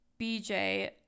BJ